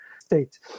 state